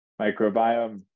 microbiome